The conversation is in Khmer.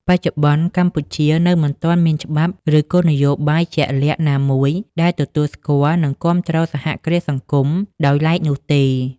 បច្ចុប្បន្ន កម្ពុជានៅមិនទាន់មានច្បាប់ ឬគោលនយោបាយជាក់លាក់ណាមួយដែលទទួលស្គាល់ និងគាំទ្រសហគ្រាសសង្គមដោយឡែកនោះទេ ។